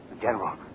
General